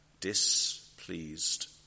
displeased